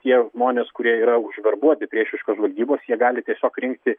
tie žmonės kurie yra užverbuoti priešiškos žvalgybos jie gali tiesiog rinkti